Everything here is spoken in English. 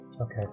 Okay